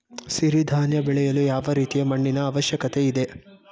ಸಿರಿ ಧಾನ್ಯ ಬೆಳೆಯಲು ಯಾವ ರೀತಿಯ ಮಣ್ಣಿನ ಅವಶ್ಯಕತೆ ಇದೆ?